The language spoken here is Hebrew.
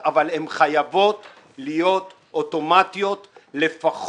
להיות אבל הן חייבות להיות אוטומטיות לפחות